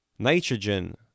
nitrogen